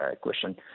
question